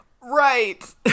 Right